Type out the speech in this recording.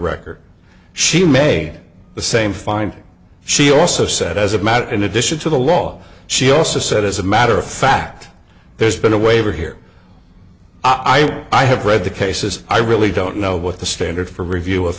record she made the same find she also said as a matter in addition to the law she also said as a matter of fact there's been a waiver here i think i have read the cases i really don't know what the standard for review of